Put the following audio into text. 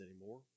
anymore